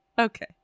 okay